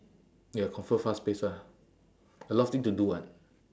ya confirm fast-paced ah a lot of thing to do [what]